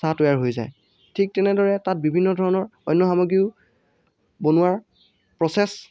চাহ তৈয়াৰ হৈ যায় ঠিক তেনেদৰে তাত বিভিন্ন ধৰণৰ অন্য সামগ্ৰীও বনোৱাৰ প্ৰচেছ